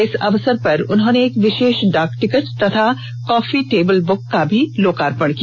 इस अवसर पर उन्होंने एक विषेष डाक टिकट तथा काफी टेबुल बुक का भी लोकार्पण किया